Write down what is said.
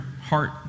heart